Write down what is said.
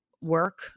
work